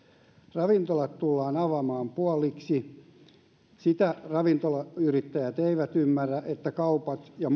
ravintolat tullaan avaamaan puoliksi sitä ravintolayrittäjät eivät ymmärrä että kaupoissa ja